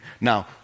Now